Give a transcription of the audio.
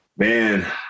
Man